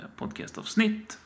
podcastavsnitt